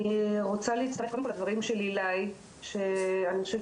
אני רוצה להצטרף קודם כל לדברים של אילאי שאני חושבת